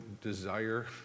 desire